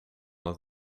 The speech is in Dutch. het